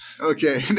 Okay